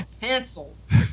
pencils